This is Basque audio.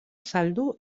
saldu